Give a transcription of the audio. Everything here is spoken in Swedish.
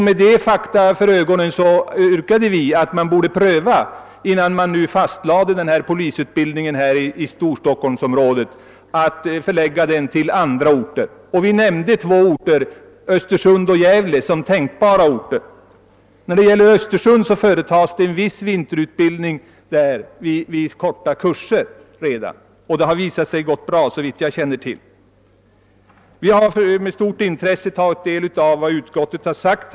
Med detta faktum för ögonen har vi yrkat att man borde pröva, innan man fastlade polisutbildningen i Storstockholmsområdet, att förlägga den till andra orter, och vi har nämnt två orter — Östersund och Gävle — som tänkbara. I Östersund företas redan en viss vinterutbildning vid korta kurser, och det har visat sig gå bra, såvitt jag känner till. Vi har med stort intresse tagit del av vad utskottet har sagt.